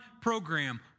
program